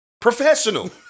professional